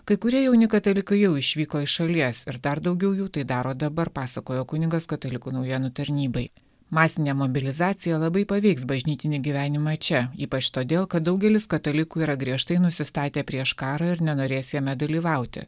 kai kurie jauni katalikai jau išvyko iš šalies ir dar daugiau jų tai daro dabar pasakojo kunigas katalikų naujienų tarnybai masinė mobilizacija labai paveiks bažnytinį gyvenimą čia ypač todėl kad daugelis katalikų yra griežtai nusistatę prieš karą ir nenorės jame dalyvauti